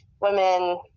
women